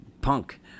punk